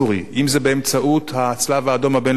אם באמצעות הצלב-האדום הבין-לאומי,